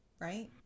right